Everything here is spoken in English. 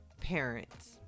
parents